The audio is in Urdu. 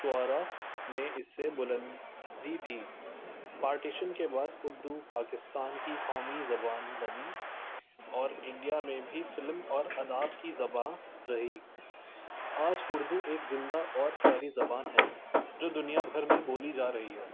شعارا نے اس سے بلندی دی پارٹیشن کے بعد اردو پاکستان کی قومی زبان بنی اور انڈیا میں بھی فلم اور اداب کی زباں رہی آج اردو ایک زندہ اور پیاری زبان ہے جو دنیا بھر میں بولی جا رہی ہے